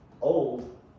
old